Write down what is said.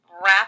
wrap